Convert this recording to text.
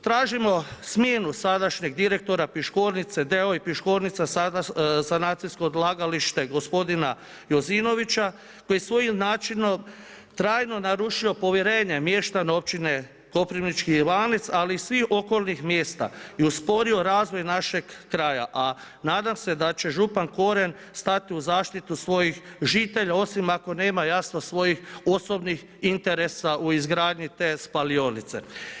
Tražimo smjenu sadašnjeg direktora Piškornice d.o.o. i Piškornica sanacijsko odlagalište, gospodin Jozinovića koji je svojim načinom trajno narušio povjerenje mještana općine Koprivnički Ivance ali i svih okolnih mjesta i usporio razvoj našeg kraja, a nadam se da će župan Koren, stati u zaštitu svojih žitelja, osim ako nema jasno svojih osobnih interesa u izgradnji te spalionice.